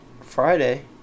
friday